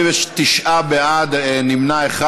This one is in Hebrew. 29 בעד, נמנע אחד.